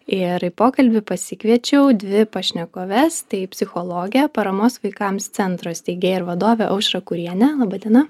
ir į pokalbį pasikviečiau dvi pašnekoves tai psichologę paramos vaikams centro steigėją ir vadovę aušrą kurienę laba diena